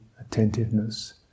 attentiveness